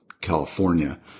California